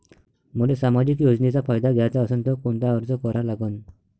मले सामाजिक योजनेचा फायदा घ्याचा असन त कोनता अर्ज करा लागन?